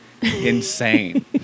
insane